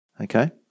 Okay